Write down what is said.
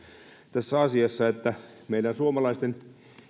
tässä asiassa meidän suomalaisten